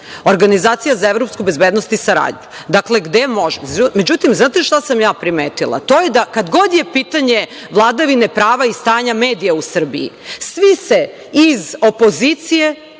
Organizacija za evropsku bezbednost i saradnju, dakle, gde može. Međutim, da li znate šta sam ja primetila? To je da kad god je pitanje vladavine prava i stanja medija u Srbiji svi se iz opozicije,